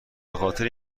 بخاطر